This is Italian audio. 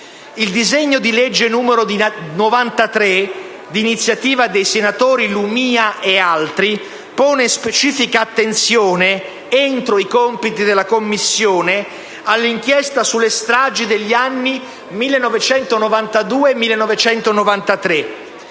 Il disegno di legge n. 93 (d'iniziativa dei senatori Lumia e altri) pone specifica attenzione - entro i compiti della Commissione - all'inchiesta sulle stragi degli anni 1992‑1993.